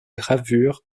gravures